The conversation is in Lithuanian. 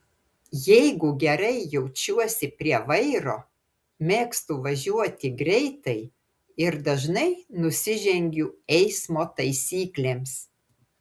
jeigu gerai jaučiuosi prie vairo mėgstu važiuoti greitai ir dažnai nusižengiu eismo taisyklėms